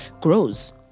grows